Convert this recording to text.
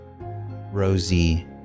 Rosie